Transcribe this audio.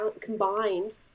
combined